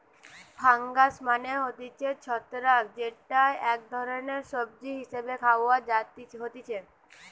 fungus মানে হতিছে ছত্রাক যেইটা এক ধরণের সবজি হিসেবে খাওয়া হতিছে